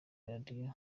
radio